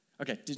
Okay